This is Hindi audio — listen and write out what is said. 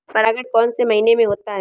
परागण कौन से महीने में होता है?